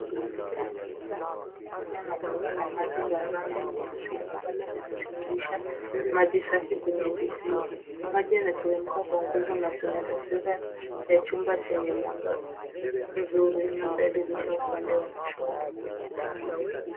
Sinki la kisasa jikoni likiwa na bomba la maji la rangi nyeusi ambalo linatiririsha maji safi kwenye beseni. Maji inateremka kwa nguvu na kuna taswira ya chumba chenye mwanga mzuri labda ya dirisha upande wa kushoto.